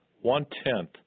one-tenth